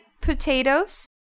potatoes